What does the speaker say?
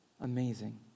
Amazing